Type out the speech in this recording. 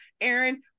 Aaron